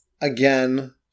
again